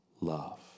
love